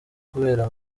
kubera